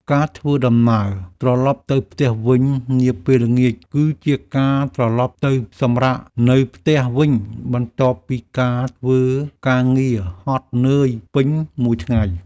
ការធ្វើដំណើរត្រឡប់ទៅផ្ទះវិញនាពេលល្ងាច គឺជាការត្រឡប់ទៅសម្រាកនៅផ្ទះវិញ បន្ទាប់ពីការធ្វើ ការងារហត់នឿយពេញមួយថ្ងៃ។